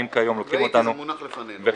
זה מונח לפנינו.